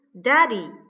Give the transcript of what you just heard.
daddy